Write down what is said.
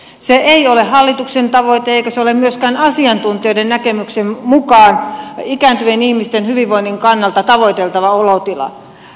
se ei ole hallituksen tavoite eikä se ole myöskään asiantuntijoiden näkemyksen mukaan ikääntyvien ihmisten hyvinvoinnin kannalta tavoiteltava olotila